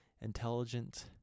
intelligent